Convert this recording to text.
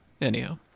anyhow